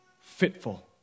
fitful